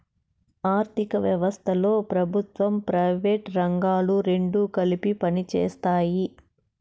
ఆర్ధిక వ్యవస్థలో ప్రభుత్వం ప్రైవేటు రంగాలు రెండు కలిపి పనిచేస్తాయి